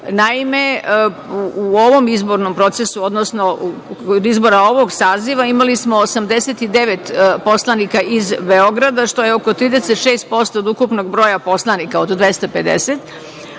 u ovom izbornom procesu, odnosno od izbora ovog saziva imali smo 89 poslanika iz Beograda, što je oko 36% od ukupnog broja poslanika, od 250,